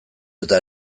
eta